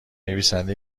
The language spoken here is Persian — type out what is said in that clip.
نویسنده